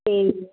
ਅਤੇ